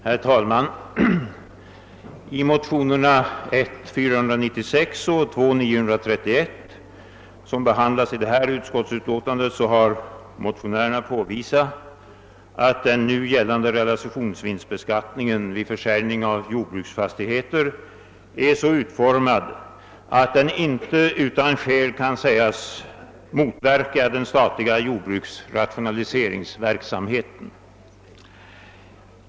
Herr talman! I motionerna I: 496 och 11: 931 som behandlats i det här utskottsbetänkandet har motionärerna påvisat, att den nu gällande realisationsvinstbeskattningen vid försäljningen av jordbruksfastigheter är så utformad, att den inte utan skäl kan sägas motverka den statliga jordbruksrationaliseringen.